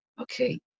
okay